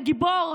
הגיבור,